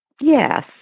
Yes